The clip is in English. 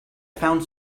found